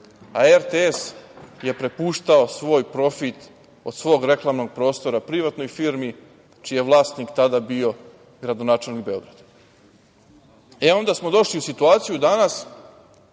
a RTS je prepuštao svoj profit od svog reklamnog prostora privatnoj firmi čiji je vlasnik tada bio gradonačelnik Beograda. Onda smo došli u situaciju danas